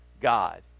God